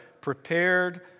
prepared